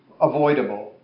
avoidable